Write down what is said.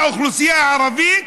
לאוכלוסייה הערבית,